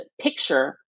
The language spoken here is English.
picture